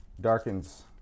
Darkens